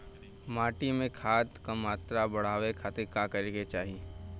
माटी में खाद क मात्रा बढ़ावे खातिर का करे के चाहीं?